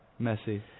Messi